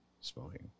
smoking